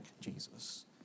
Jesus